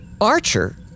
Archer